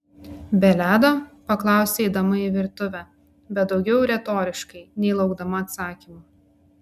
be ledo paklausė eidama į virtuvę bet daugiau retoriškai nei laukdama atsakymo